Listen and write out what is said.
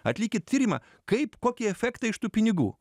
atlikit tyrimą kaip kokie efektai iš tų pinigų